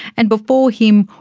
and before him,